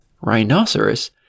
rhinoceros